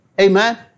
Amen